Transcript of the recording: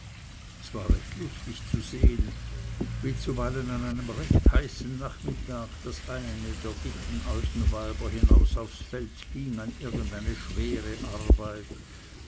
es war recht lustig zu sehen wie zuweilen an einem recht heißen nachmittag das eine der dicken alten weiber hinaus aufs feld ging an irgend eine schwere arbeit